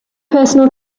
personal